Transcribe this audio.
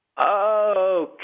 okay